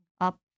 up